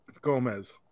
Gomez